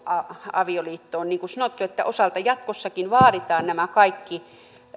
avioliittoon niin kuin sanottu niin osalta jatkossakin vaaditaan nämä kaikki